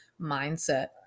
mindset